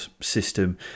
system